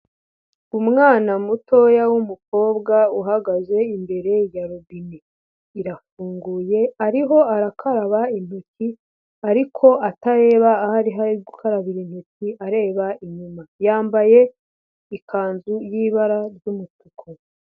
Umwana mutoya w'umukobwa uhagaze imbere ya robine. Irafunguye ariho arakaraba intoki ariko atareba ahariho gukarabira intoki areba inyuma yambaye ikanzu y'ibara ry'umutuku.